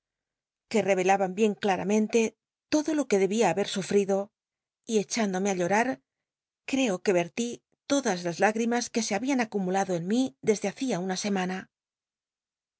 que rereloban bien claramente todo lo que debia haber sufrido y echándome ti llorar creo que cr'li todas las higl'imas que se habían acumulado en mi desde hacia una semana